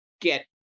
get